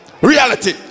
reality